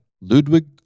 Ludwig